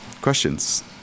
Questions